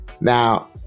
now